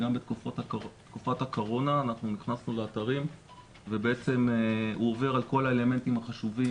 גם בתקופת הקורונה נכנסנו לאתרים והוא עובר על כל האלמנטים החשובים,